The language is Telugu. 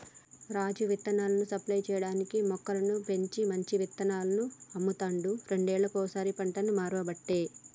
రాజు విత్తనాలను సప్లై చేయటానికీ మొక్కలను పెంచి మంచి విత్తనాలను అమ్ముతాండు రెండేళ్లకోసారి పంటను మార్వబట్టే